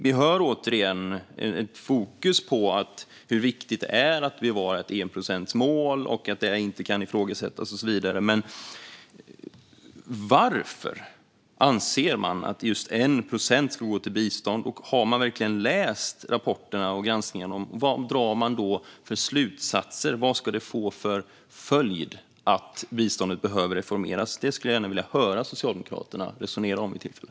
Vi hör återigen ett fokus på hur viktigt det är att bevara ett enprocentsmål, att det inte kan ifrågasättas och så vidare. Men varför anser man att just 1 procent ska gå till bistånd? Har man verkligen läst rapporterna och granskningarna, och vad drar man då för slutsatser? Vad ska det få för följd att biståndet behöver reformeras? Det skulle jag gärna vilja höra Socialdemokraterna resonera om vid tillfälle.